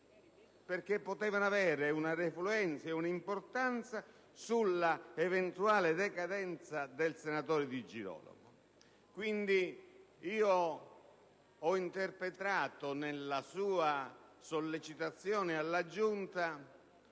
perché potevano avere una refluenza e un'importanza sull'eventuale decadenza del senatore Di Girolamo. Quindi, ho interpretato nella sua sollecitazione alla Giunta